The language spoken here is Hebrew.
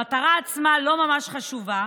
המטרה עצמה לא ממש חשובה,